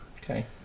Okay